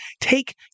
take